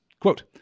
Quote